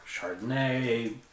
Chardonnay